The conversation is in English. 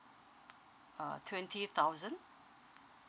uh twenty thousand